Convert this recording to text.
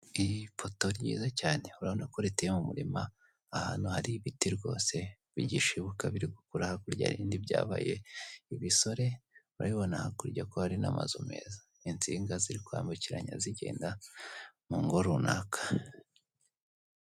Iri poto ryiza cyane urabona ko riteye mu murima ahantu hari ibiti rwose bigishibuka biri gukura, hakurya hari ibindi byabaye ibisore urabibona hakurya ko hari n'amazu meza insinga ziri kwambukiranya zigenda mu ngo runaka.